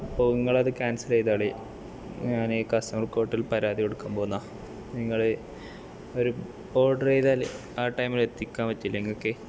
അപ്പോൾ ഇങ്ങളത് ക്യാൻസൽ ചെയ്തോളീ ഞാൻ കസ്റ്റമർ കോർട്ടിൽ പരാതി കൊടുക്കാൻ പോവുന്നു നിങ്ങള് ഒരു ഓർഡർ ചെയ്താല് ആ ടൈമില് എത്തിക്കാൻ പറ്റില്ലെ ഇങ്ങക്ക്